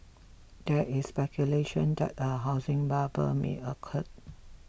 there is speculation that a housing bubble may occur